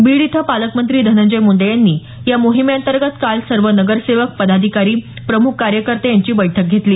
बीड इथं पालकमंत्री धनंजय मुंडे यांनी या मोहिमेअंतर्गत काल सर्व नगरसेवक पदाधिकारी प्रमुख कार्यकर्ते यांची बैठक घेतली